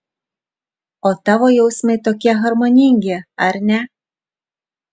o tavo jausmai tokie harmoningi ar ne